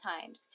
times